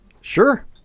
Sure